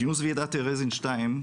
כינוס ועידת טרזין 2,